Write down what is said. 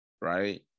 right